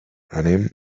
anem